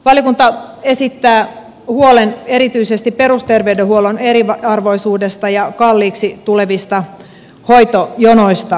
valiokunta esittää huolen erityisesti perusterveydenhuollon eriarvoisuudesta ja kalliiksi tulevista hoitojonoista